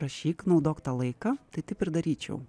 rašyk naudok tą laiką tai taip ir daryčiau